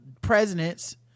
presidents